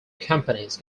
companies